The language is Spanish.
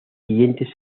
siguientes